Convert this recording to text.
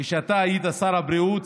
כשאתה היית שר הבריאות,